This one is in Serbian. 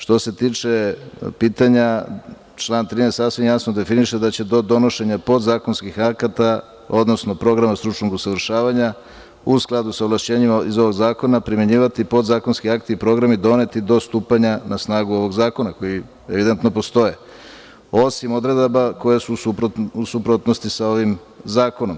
Što se tiče pitanja, član 13. sasvim jasno definiše da će do donošenja podzakonskih akata, odnosno programa stručnog usavršavanja, u skladu sa ovlašćenjima iz ovog zakona primenjivati podzakonski akti i programi doneti do stupanja na snagu ovog zakona, koji evidentno postoje, osim odredaba koje su u suprotnosti sa ovim zakonom.